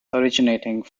originating